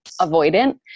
avoidant